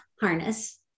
harness